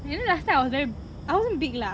and then last time I was very I wasn't big lah